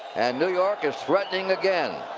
and new york is threatening again.